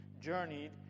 Journeyed